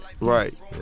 Right